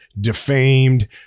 defamed